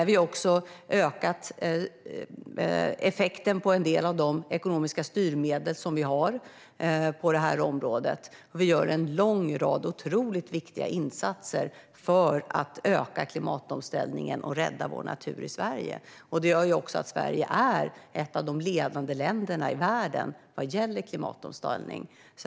Vi har även ökat effekten av en del av de ekonomiska styrmedel vi har på det här området, och vi gör en lång rad otroligt viktiga insatser för att öka klimatomställningen och rädda vår natur i Sverige. Det gör också att Sverige är ett av de ledande länderna i världen vad gäller klimatomställning.